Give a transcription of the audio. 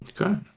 okay